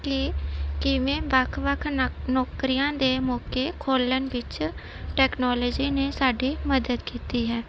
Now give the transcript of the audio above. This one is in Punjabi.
ਕਿ ਕਿਵੇਂ ਵੱਖ ਵੱਖ ਨਾ ਨੌਕਰੀਆਂ ਦੇ ਮੌਕੇ ਖੋਲ੍ਹਣ ਵਿੱਚ ਟੈਕਨੋਲਜੀ ਨੇ ਸਾਡੀ ਮਦਦ ਕੀਤੀ ਹੈ